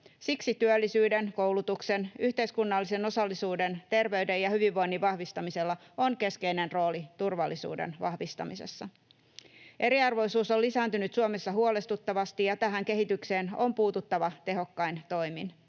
Siksi työllisyyden, koulutuksen, yhteiskunnallisen osallisuuden, terveyden ja hyvinvoinnin vahvistamisella on keskeinen rooli turvallisuuden vahvistamisessa. Eriarvoisuus on lisääntynyt Suomessa huolestuttavasti. Tähän kehitykseen on puututtava tehokkain toimin.